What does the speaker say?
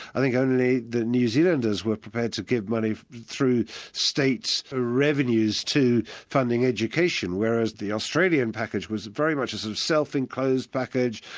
i think only the new zealanders were prepared to give money through states ah revenues to funding education, whereas the australian package was very much a sort of self-enclosed package.